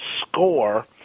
score